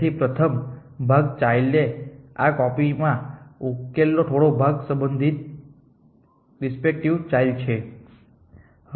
તેથી પ્રથમ ભાગ ચાઈલ્ડને આ કોપીમાં ઉકેલનો થોડો ભાગ સંબંધિત ચાઈલ્ડ છે